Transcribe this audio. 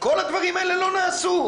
כל הדברים האלה לא נעשו.